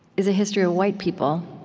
is a history of white people.